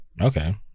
Okay